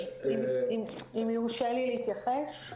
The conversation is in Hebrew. אם יורשה לי להתייחס.